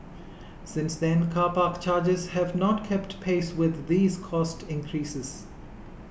since then car park charges have not kept pace with these cost increases